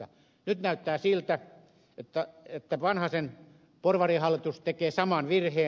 nyt näyttää siltä että vanhasen porvarihallitus tekee saman virheen